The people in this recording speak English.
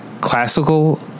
classical